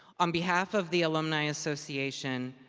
on behalf of the alumni association,